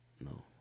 No